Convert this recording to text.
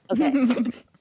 Okay